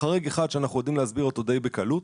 חריג אחד שאנחנו יודעים להסביר אותו די בקלות,